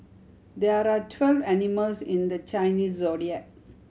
there are twelve animals in the Chinese Zodiac